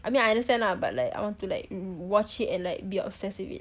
I mean I understand lah but like I want to like watch it and like be obsessed with it